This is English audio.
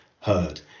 heard